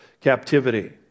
captivity